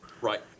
Right